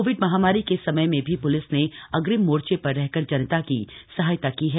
Covid महामारी के समय में भी प्लिस ने अग्रिम मोर्चे पर रहकर जनता की सहायता की है